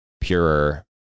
purer